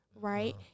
Right